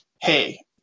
hey